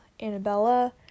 Annabella